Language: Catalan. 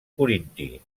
corinti